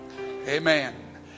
Amen